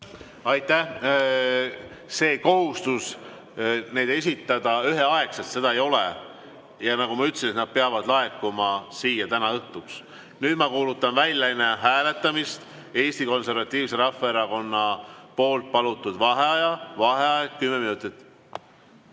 Aitäh! Seda kohustust, et neid esitada üheaegselt, ei ole. Ja nagu ma ütlesin, nad peavad laekuma siia täna õhtuks. Nüüd ma kuulutan välja enne hääletamist Eesti Konservatiivse Rahvaerakonna palutud vaheaja. Vaheaeg kümme minutit.